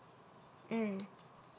mm